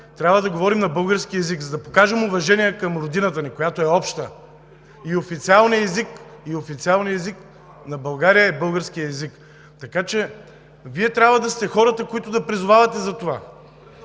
трябва да говорим на български език, за да покажем уважение към родината ни, която е обща. Официалният език на България е българският език. Така че Вие трябва да сте хората, които да призовавате за това,